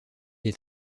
est